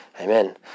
Amen